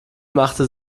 machte